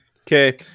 Okay